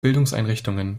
bildungseinrichtungen